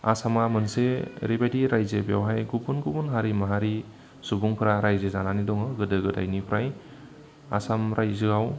आसामा मोनसे ओरैबायदि रायजो बेयावहाय गुबुन गुबुन हारि माहारि सुबुंफोरा रायजो जानानै दङ गोदो गोदायनिफ्राय आसाम रायजोआव